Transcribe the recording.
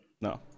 No